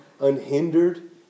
unhindered